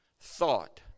thought